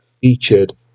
featured